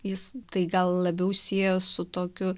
jis tai gal labiau siejo su tokiu